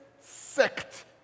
sect